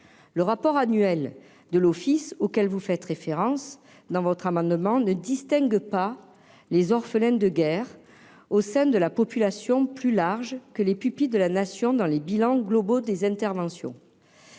le rapport annuel de l'Office auquel vous faites référence dans votre amendement ne distingue pas les orphelins de guerre au sein de la population plus large que les pupilles de la nation dans les bilans globaux des interventions.